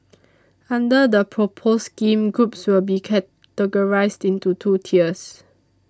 under the proposed scheme groups will be categorised into two tiers